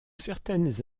certaines